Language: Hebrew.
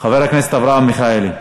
חבר הכנסת אברהם מיכאלי.